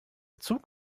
zug